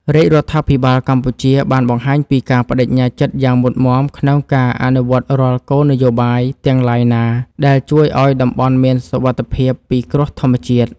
រាជរដ្ឋាភិបាលកម្ពុជាបានបង្ហាញពីការប្តេជ្ញាចិត្តយ៉ាងមុតមាំក្នុងការអនុវត្តរាល់គោលនយោបាយទាំងឡាយណា ដែលជួយឱ្យតំបន់មានសុវត្ថិភាពពីគ្រោះធម្មជាតិ។